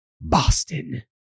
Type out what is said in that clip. Boston